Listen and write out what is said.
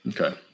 Okay